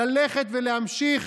ללכת ולהמשיך